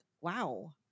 wow